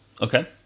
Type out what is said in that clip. Okay